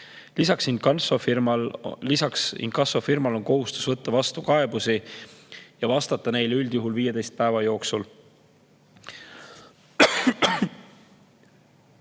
Lisaks on inkassofirmal kohustus võtta vastu kaebusi ja vastata neile üldjuhul 15 päeva jooksul.